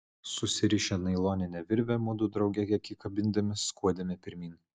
susirišę nailonine virve mudu drauge kiek įkabindami skuodėme pirmyn